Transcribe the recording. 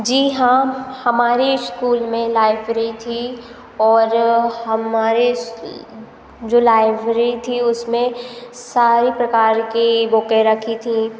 जी हाँ हमारे इस्कूल में लाइब्री थी और हमारे इस जो लाइब्रेरी थी उसमें सारी प्रकार की बुकें रखी थीं